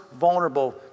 vulnerable